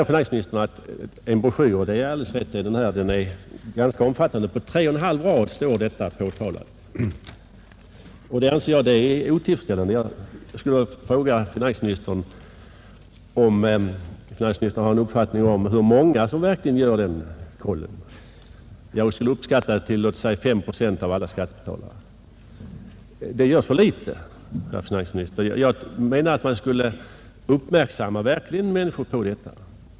Finansministern säger att det finns en broschyr, och det är alldeles riktigt. Den är ganska omfattande. Men bara på tre och en halv rader står detta med kontrollen omtalat. Det är otillfredsställande. Jag skulle vilja fråga finansministern om han har en uppfattning om hur många som verkligen gör en sådan kontroll. Jag skulle uppskatta dem till ungefär 5 procent av alla skattebetalare. Det görs för litet, herr finansminister. Jag menar att man verkligen skulle uppmana människorna att kontrollera uppgiften om preliminärskatten.